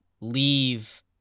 leave